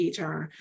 HR